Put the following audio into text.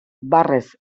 barrez